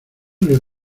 les